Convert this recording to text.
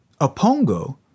Apongo